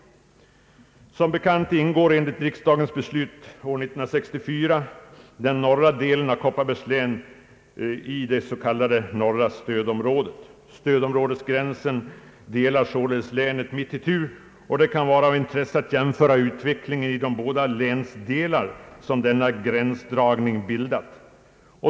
Som bekant ingår, enligt riksdagens beslut 1964, den norra delen av Kopparbergs län i det s.k. norra stödområdet. Stödområdesgränsen delar således länet mitt itu, och det kan vara av intresse att jämföra utvecklingen i de håda länsdelar som denna gränsdragning har bildat.